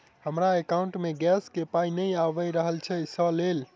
हमरा एकाउंट मे गैस केँ पाई नै आबि रहल छी सँ लेल?